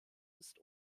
ist